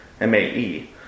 M-A-E